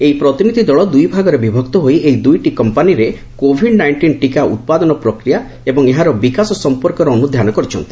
ଏହି ପ୍ରତିନିଧି ଦଳ ଦୁଇ ଭାଗରେ ବିଭକ୍ତ ହୋଇ ଏହି ଦୁଇଟି କମ୍ପାନୀରେ କୋଭିଡ୍ ନାଇଷ୍ଟିନ୍ ଟିକା ଉତ୍ପାଦନ ପ୍ରକ୍ରିୟା ଏବଂ ଏହାର ବିକାଶ ସମ୍ପର୍କରେ ଅନୁଧ୍ୟାନ କରିଛନ୍ତି